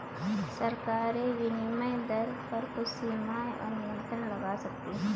सरकारें विनिमय दर पर कुछ सीमाएँ और नियंत्रण लगा सकती हैं